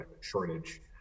shortage